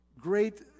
great